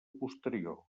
posterior